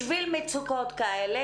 בשביל מצוקות כאלה,